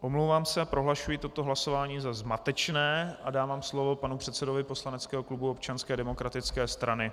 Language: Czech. Omlouvám se, prohlašuji toto hlasování za zmatečné a dávám slovo panu předsedovi poslaneckého klubu Občanské demokratické strany.